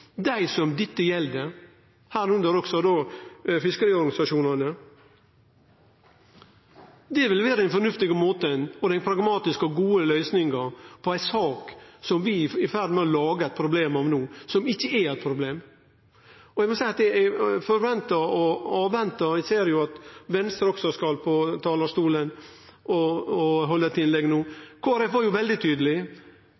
dei få bidra med synspunkt, dei som dette gjeld – inkludert fiskeriorganisasjonane? Det ville vere den fornuftige måten og den pragmatiske og gode løysinga på ei sak som vi er i ferd med å lage eit problem av no, som ikkje er eit problem. Eg må seie at eg forventar og ventar – eg ser at Venstre også skal på talarstolen og halde eit innlegg no.